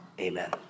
Amen